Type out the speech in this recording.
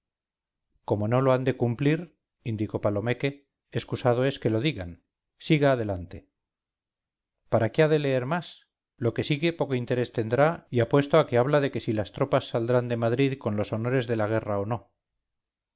como no lo han de cumplir indicó palomeque excusado es que lo digan siga adelante para qué ha de leer más lo que sigue poco interés tendrá y apuesto a que habla de que si las tropas saldrán de madrid con los honores de la guerra o no